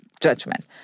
judgment